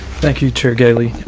thank you chair gailey.